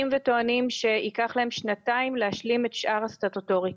וטוענים שייקח להם שנתיים להשלים את שאר הסטטוטוריקה.